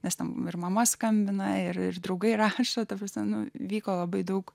nes tam ir mama skambina ir ir draugai rašo ir ta prasme nu vyko labai daug